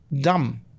dumb